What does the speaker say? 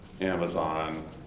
Amazon